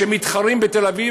שמתחרים בתל-אביב,